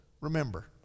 remember